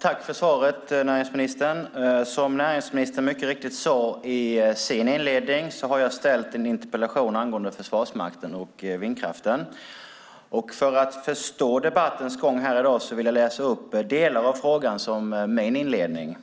Tack för svaret, näringsministern! Som näringsministern mycket riktigt sade i sitt svar har jag ställt en interpellation angående Försvarsmakten och vindkraften. För att förstå debattens gång här i dag vill jag läsa upp delar av min interpellation som inledning.